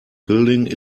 building